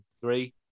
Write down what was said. three